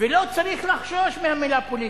ולא צריך לחשוש מהמלה "פוליטי",